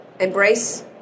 embrace